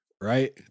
right